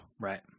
Right